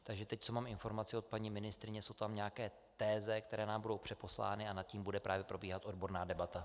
Takže teď, co mám informace od paní ministryně, jsou tam nějaké teze, které nám budou přeposlány, a nad nimi bude právě probíhat odborná debata.